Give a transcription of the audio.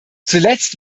zuletzt